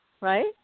right